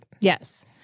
Yes